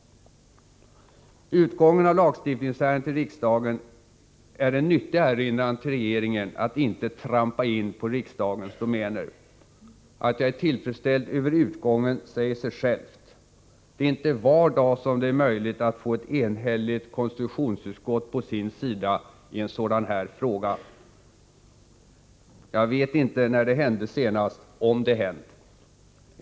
Utgången av lagstiftningsärendet i riksdagen är en nyttig erinran till regeringen att inte trampa in på riksdagens domäner. Att jag är tillfredsställd över utgången säger sig självt. Det är inte var dag som det är möjligt att få ett enhälligt konstitutionsutskott på sin sida i en sådan här fråga. Jag vet inte när det hände senast, om det hänt.